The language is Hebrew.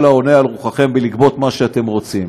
העולה על רוחכם ולגבות מה שאתם רוצים.